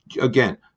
again